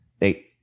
Eight